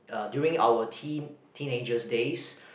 during our teen teenagers days